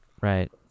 right